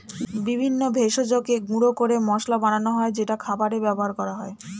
বিভিন্ন ভেষজকে গুঁড়ো করে মশলা বানানো হয় যেটা খাবারে ব্যবহার করা হয়